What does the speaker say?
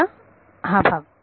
आता हा भाग